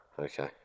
okay